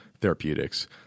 therapeutics